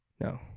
No